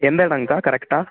எந்த இடங்க்கா கரெக்டாக